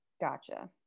Gotcha